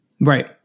Right